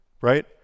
Right